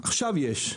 עכשיו יש.